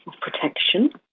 protection